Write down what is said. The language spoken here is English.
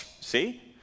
see